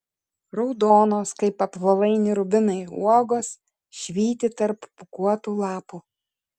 raudonos kaip apvalaini rubinai uogos švyti tarp pūkuotų lapų